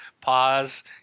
Pause